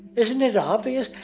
isn't it obvious?